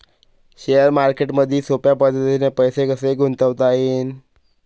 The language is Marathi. शेअर मार्केटमधी सोप्या पद्धतीने पैसे कसे गुंतवता येईन?